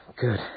good